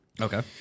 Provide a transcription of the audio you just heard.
Okay